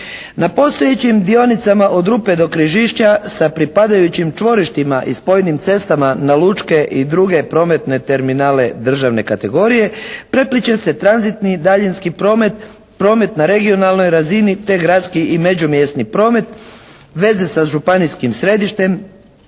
Na postojećim dionicama od Rupe do Križišća sa pripadajućim čvorištima i spojnim cestama na lučke i druge prometne terminale državne kategorije prepliće se tranzitni i daljinski promet na regionalnoj razini te gradski i međumjesni promet, veze sa županijskim središtem,